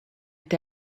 est